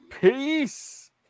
Peace